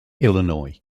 illinois